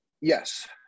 Yes